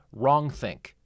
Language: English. wrongthink